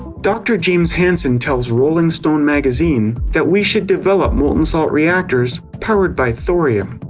dr. james hansen tells rolling stone magazine that we should develop molten-salt reactors powered by thorium.